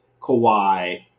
Kawhi